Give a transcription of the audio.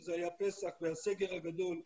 שזה היה פסח והסגר הגדול,